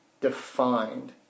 defined